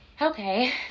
Okay